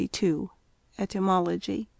Etymology